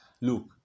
Look